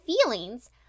feelings